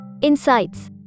Insights